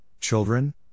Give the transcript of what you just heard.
children